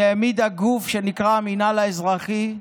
היא העמידה גוף שנקרא המינהל האזרחי,